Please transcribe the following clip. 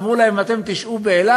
אמרו להם: אתם תשהו באילת.